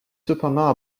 cependant